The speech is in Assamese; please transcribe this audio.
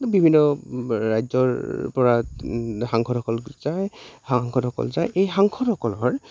বিভিন্ন ৰাজ্যৰ পৰা সাংসদসকল যায় সাংসদসকল যায় এই সাংসদসকলৰ